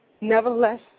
nevertheless